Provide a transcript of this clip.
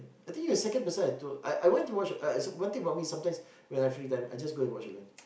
I think you're the second person I told I I went to watch uh so one thing about me sometimes when I free time I just go and watch alone